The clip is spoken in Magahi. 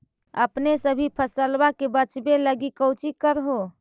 अपने सभी फसलबा के बच्बे लगी कौची कर हो?